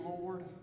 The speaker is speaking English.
Lord